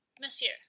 monsieur